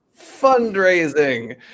fundraising